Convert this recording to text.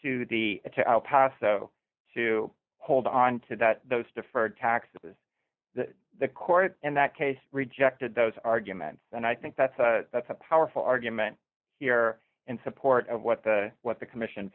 windfall to the past so to hold on to that those deferred taxes the court in that case rejected those arguments and i think that's a that's a powerful argument here in support of what the what the commission